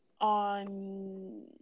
On